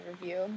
review